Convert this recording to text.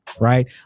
right